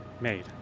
made